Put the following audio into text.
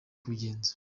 kubigenza